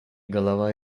голова